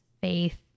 faith